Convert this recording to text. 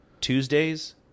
Tuesdays